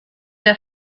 der